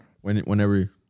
Whenever